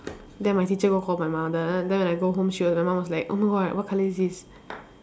then my teacher go call my mum then then when I go home she was my mum was like oh my god what colour is this